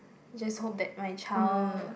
just hope that my child